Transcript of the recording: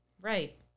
right